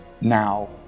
Now